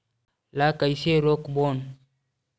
ला कइसे रोक बोन?